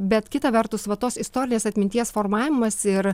bet kita vertus va tos istorinės atminties formavimas ir